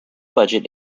budget